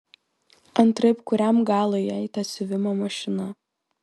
antraip kuriam galui jai ta siuvimo mašina